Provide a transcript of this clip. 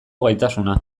gaitasuna